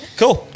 cool